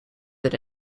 than